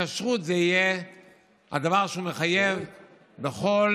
הכשרות היא דבר שמחייב שבכל